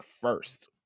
First